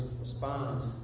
responds